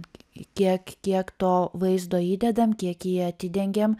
kiek kiek to vaizdo įdedam kiek jį atidengiam